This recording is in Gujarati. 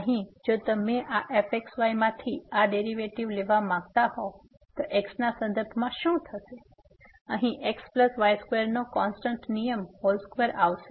તેથી અહીંથી જો તમે આ fxy માંથી આ ડેરીવેટીવ લેવા માંગતા હોય તો x ના સંદર્ભમાં શું થશે તેથી અહીં xy2 નો કોન્સ્ટન્ટ નિયમ હોલ સ્ક્વેર આવશે